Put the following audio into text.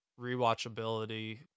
rewatchability